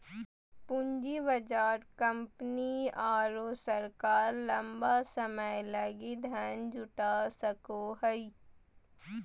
पूँजी बाजार कंपनी आरो सरकार लंबा समय लगी धन जुटा सको हइ